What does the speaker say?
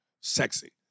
sexy